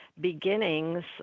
beginnings